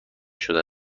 شده